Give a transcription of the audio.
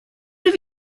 have